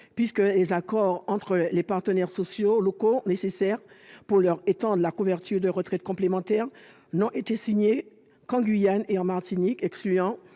puisque les accords entre les partenaires sociaux locaux nécessaires pour étendre la couverture de retraite complémentaire n'ont été signés qu'en Guyane et en Martinique, excluant